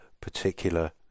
particular